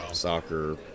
soccer